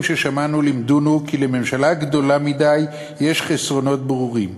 ששמענו לימדונו כי לממשלה גדולה מדי יש חסרונות ברורים,